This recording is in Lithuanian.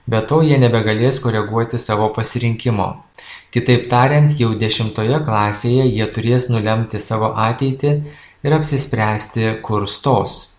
be to jie nebegalės koreguoti savo pasirinkimo kitaip tariant jau dešimtoje klasėje jie turės nulemti savo ateitį ir apsispręsti kur stos